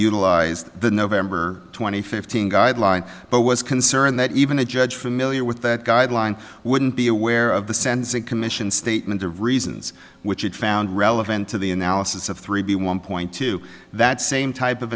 utilized the no member twenty fifteen guideline but was concerned that even a judge familiar with that guideline wouldn't be aware of the sens and commission statement the reasons which it found relevant to the analysis of three b one point two that same type of